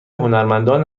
هنرمندان